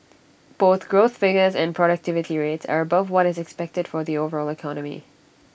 both growth figures and productivity rates are above what is expected for the overall economy